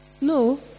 No